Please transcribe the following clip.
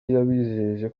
yabijeje